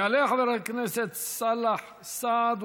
יעלה חבר הכנסת סאלח סעד,